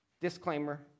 Disclaimer